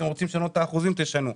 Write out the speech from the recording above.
אתם רוצים לשנות את האחוזים תשנו.